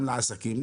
גם לעסקים.